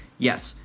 yes,